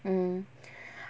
mm